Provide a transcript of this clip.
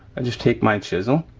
i just take my chisel,